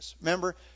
Remember